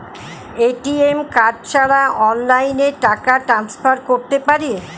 ATM card ছাড়া অনলাইনে টাকা টান্সফার করতে পারি?